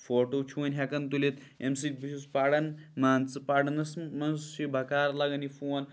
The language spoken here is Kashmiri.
فوٹوٗ چھِ وۄنۍ ہٮ۪کان تُلِتھ اَمہِ سۭتۍ بہٕ چھُس پَران مان ژٕ پَرنَس منٛز چھُے بکار لگان یہِ فون